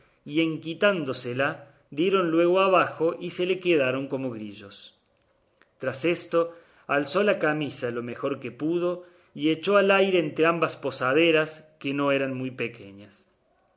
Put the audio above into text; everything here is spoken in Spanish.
y en quitándosela dieron luego abajo y se le quedaron como grillos tras esto alzó la camisa lo mejor que pudo y echó al aire entrambas posaderas que no eran muy pequeñas